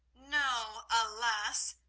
no, alas!